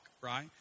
Right